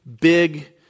big